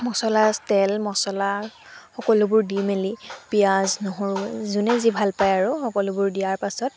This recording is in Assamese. মছলা তেল মছলা সকলোবোৰ দি মেলি পিঁয়াজ নহৰু যোনে যি ভাল পায় আৰু সকলোবোৰ দিয়াৰ পাছত